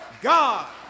God